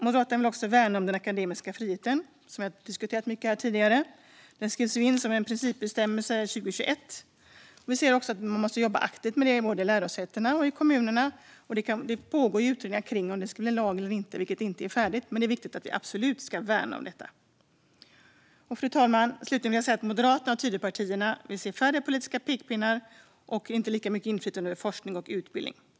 Moderaterna vill också värna den akademiska friheten, som vi har diskuterat mycket här tidigare. Den skrevs ju in som en principbestämmelse 2021. Vi ser också att man måste jobba aktivt med det både på lärosätena och i kommunerna. Det pågår utredning om det ska bli lag eller inte. Det är alltså inte färdigt, men att den akademiska friheten ska värnas är absolut viktigt. Fru talman! Slutligen vill jag säga att Moderaterna och Tidöpartierna vill se färre politiska pekpinnar och inte lika mycket inflytande över forskning och utbildning.